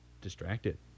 Distracted